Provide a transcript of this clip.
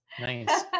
nice